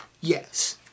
Yes